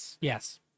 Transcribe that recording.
yes